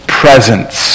presence